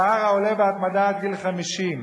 פער העולה בהתמדה עד גיל 50?